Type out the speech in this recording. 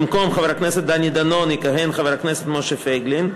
במקום חבר הכנסת דני דנון יכהן חבר הכנסת משה פייגלין.